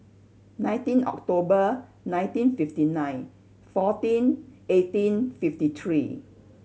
nineteen October nineteen fifty nine fourteen eighteen fifty three